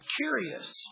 curious